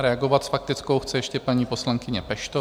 Reagovat s faktickou chce ještě paní poslankyně Peštová.